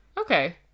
Okay